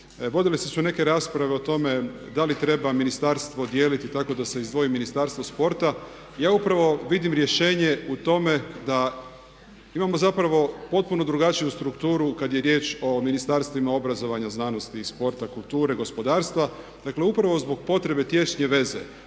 Vodili su se neke rasprave o tome da li treba ministarstvo dijeliti tako da se izdvoji Ministarstvo sporta. Ja upravo vidim rješenje u tome da imamo zapravo potpuno drugačiju strukturu kad je riječ o Ministarstvima obrazovanja, znanosti i sporta, kulture, gospodarstva. Dakle, upravo zbog potrebe tješnje veze,